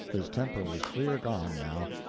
his temper was clear gone now,